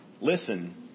Listen